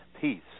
peace